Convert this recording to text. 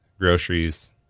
groceries